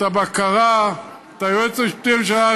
את הבקרה, את היועץ המשפטי לממשלה.